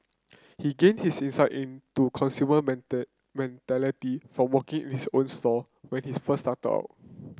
he gained his insight into consumer mentality from working his own store when his first started out